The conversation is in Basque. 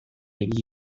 ibili